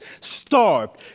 starved